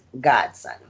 godson